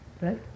Right